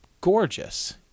gorgeous